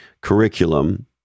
curriculum